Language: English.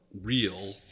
real